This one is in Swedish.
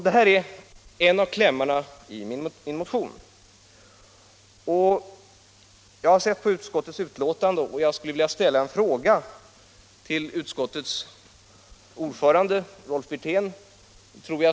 Det här är en av klämmarna i min motion. Efter att ha läst utskottsbetänkandet skulle jag vilja ställa en fråga till utskottets ordförande, Rolf Wirtén.